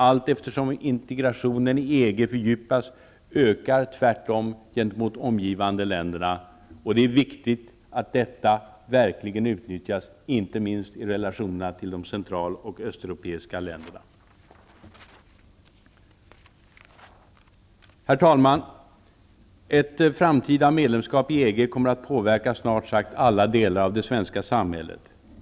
Allt eftersom integrationen i Europa fördjupas ökar tvärtom kontakterna med de omgivande länderna. Det är viktigt att detta verkligen utnyttjas inte minst i relationerna till de centraloch östeuropeiska länderna. Herr talman! Ett framtida medlemskap i EG kommer att påverka snart sagt alla delar av det svenska samhället.